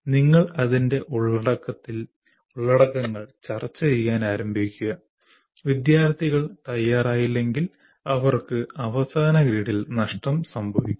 നിങ്ങൾ അതിൻറെ ഉള്ളടക്കങ്ങൾ ചർച്ചചെയ്യാൻ ആരംഭിക്കുക വിദ്യാർത്ഥികൾ തയ്യാറായില്ലെങ്കിൽ അവർക്ക് അവസാന ഗ്രേഡിൽ നഷ്ടം സംഭവിക്കും